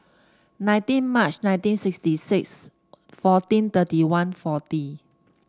nineteen March nineteen sixty six fourteen thirty one forty